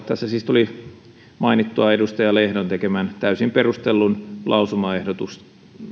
tässä siis tuli mainittua edustaja lehdon tekemän täysin perustellun lausumaehdotuksen